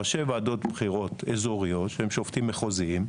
ראשי ועדות בחירות אזוריות שהם שופטים מחוזיים,